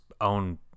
own